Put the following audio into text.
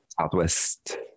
Southwest